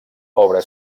obra